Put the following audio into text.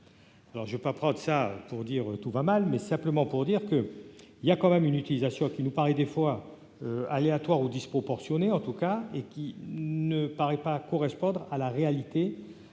je vais pas prendre ça pour dire tout va mal, mais simplement pour dire que il y a quand même une utilisation qui nous parler des fois aléatoire ou disproportionné en tout cas, et qui ne paraît pas correspondre à la réalité,